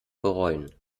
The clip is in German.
bereuen